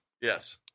Yes